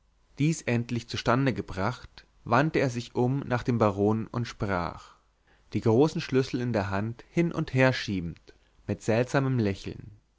dies endlich zustande gebracht wandte er sich um nach dem baron und sprach die großen schlüssel in der hand hin und her schiebend mit seltsamen lächeln